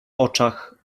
oczach